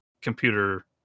computer